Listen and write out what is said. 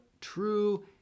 true